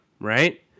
right